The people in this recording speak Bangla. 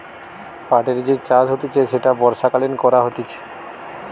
পাটের যে চাষ হতিছে সেটা বর্ষাকালীন করা হতিছে